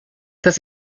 dass